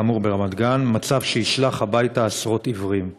כאמור ברמת-גן, מצב שישלח הביתה עשרות עיוורים.